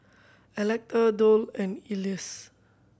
Electa Doll and Elease